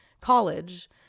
college